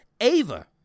Ava